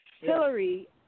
Hillary